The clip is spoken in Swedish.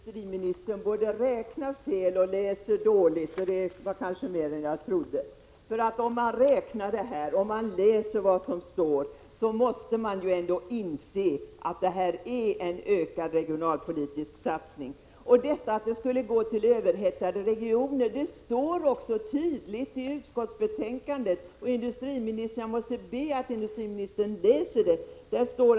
Fru talman! Jag beklagar att industriministern både räknar fel och läser dåligt. Om man räknar rätt och läser vad som står måste man inse att utskottsmajoritetens förslag innebär en ökad regionalpolitisk satsning. Industriministern sade att en del av anslagen kommer att gå till överhettade regioner. Det står tydligt i utskottsbetänkandet — jag måste be industriministern att läsa det!